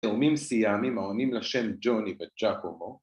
‫תאומים סיאמיים העונים ‫לשם ג'וני וג'קומו.